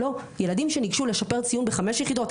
ילדים שניגשו לשפר ציון בחמש יחידות,